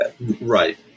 Right